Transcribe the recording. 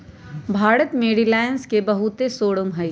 भारत में रिलाएंस के बहुते शोरूम हई